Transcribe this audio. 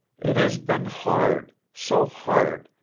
it has been hard, so hard,